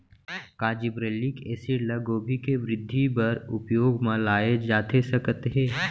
का gibberellic acid ल गोभी के वृद्धि बर उपयोग म लाये जाथे सकत हे?